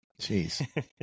Jeez